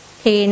thì